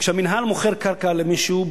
כשהמינהל מוכר קרקע למישהו,